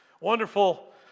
wonderful